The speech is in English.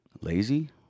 lazy